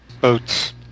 Boats